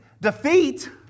defeat